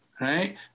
Right